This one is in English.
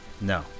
No